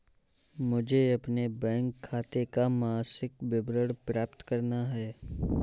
मुझे अपने बैंक खाते का मासिक विवरण प्राप्त करना है?